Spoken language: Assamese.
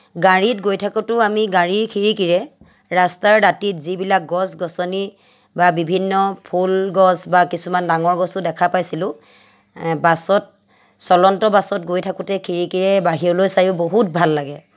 গাড়ীত গৈ থাকোঁতেও আমি গাড়ীৰ খিৰিকিৰে ৰাস্তাৰ দাঁতিত যিবিলাক গছ গছনি বা বিভিন্ন ফুলগছ বা কিছুমান ডাঙৰ গছো দেখা পাইছিলোঁ বাছত চলন্ত বাছত গৈ থাকোঁতে খিৰিকিৰে বাহিৰলৈ চাইও বহুত ভাল লাগে